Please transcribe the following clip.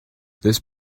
this